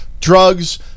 drugs